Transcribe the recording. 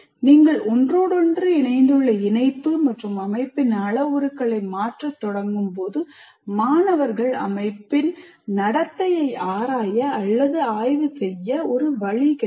நீங்கள் ஒன்றோடொன்று இணைந்துள்ள இணைப்பு அல்லது அமைப்பின் அளவுருக்களை மாற்றத் தொடங்கும் போது மாணவர்கள் அமைப்பின் நடத்தையை ஆராய அல்லது ஆய்வு செய்ய ஒரு வழி கிடைக்கும்